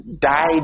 died